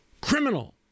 criminal